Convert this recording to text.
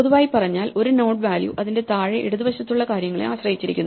പൊതുവായി പറഞ്ഞാൽ ഒരു നോഡ് വാല്യൂ അതിന്റെ തഴെ ഇടതു വശത്തുള്ള കാര്യങ്ങളെ ആശ്രയിച്ചിരിക്കുന്നു